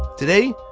today,